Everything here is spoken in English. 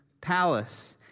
palace